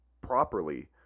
properly